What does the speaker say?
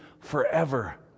forever